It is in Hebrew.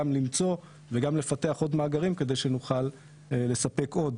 גם למצוא וגם לפתח עוד מאגרים כדי שנוכל לספק עוד,